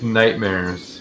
nightmares